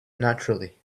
naturally